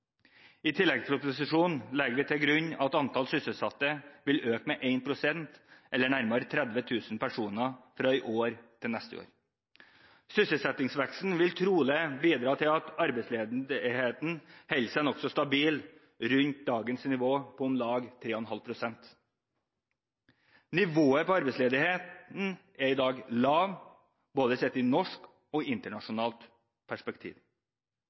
I tilleggsproposisjonen legger vi til grunn at antallet sysselsatte vil øke med 1 pst., eller nærmere 30 000 personer, fra i år til neste år. Sysselsettingsveksten vil trolig bidra til at arbeidsledigheten holder seg nokså stabil rundt dagens nivå på om lag 3,5 pst. Nivået på arbeidsledigheten er i dag lav, sett i både et norsk og et internasjonalt perspektiv.